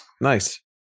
Nice